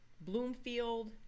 Bloomfield